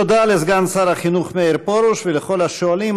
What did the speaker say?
תודה לסגן שר החינוך מאיר פרוש ולכל השואלים.